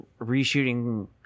reshooting